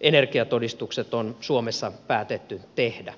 energiatodistukset on suomessa päätetty tehdä